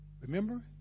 Remember